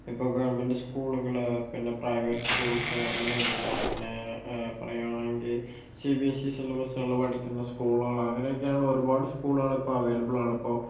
ഇപ്പോൾ ഗവൺമെൻ്റ് സ്കൂളുകള് പിന്നെ പ്രൈവറ്റ് സ്കൂൾസ് അങ്ങനെയൊക്കെയിണ്ട് പിന്നേ പറയാണെങ്കിൽ സി ബി എസ് ഇ സിലബസുകള് പഠിക്കുന്ന സ്കൂളുകള് അങ്ങനെയൊക്കെയാണ് ഒരുപാട് സ്കൂളുകള് ഇപ്പോൾ അവൈലബിളാണ് ഇപ്പോൾ